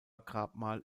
grabmal